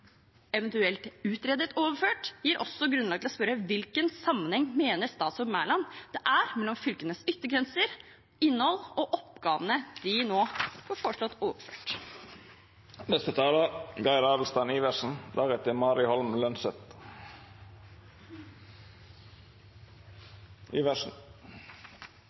eventuelt utredet overført, gir også grunnlag for å spørre hvilken sammenheng statsråd Mæland mener det er mellom fylkenes yttergrenser, innhold og oppgavene de nå får foreslått overført.